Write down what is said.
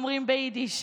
אומרים ביידיש.